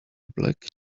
black